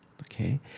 okay